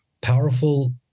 powerful